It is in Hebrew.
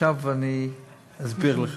עכשיו אני אסביר לך.